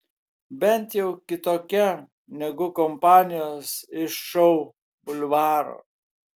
bent jau kitokia negu kompanijos iš šou bulvaro